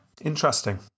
Interesting